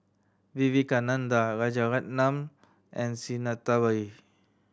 Vivekananda Rajaratnam and Sinnathamby